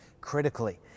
critically